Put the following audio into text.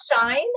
shine